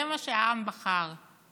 זה מה שהעם בחר.